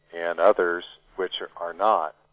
and others which are are not.